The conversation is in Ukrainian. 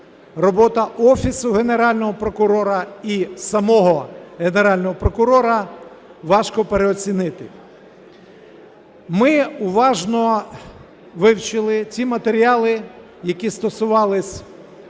робота Офісу Генерального прокурора і самого Генерального прокурора важко переоцінити. Ми уважно вивчили ті матеріали, які стосувались